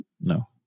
No